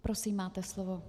Prosím, máte slovo.